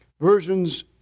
versions